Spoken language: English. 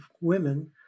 women